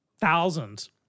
thousands